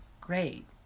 great